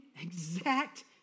exact